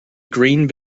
green